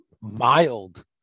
mild